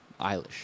Eilish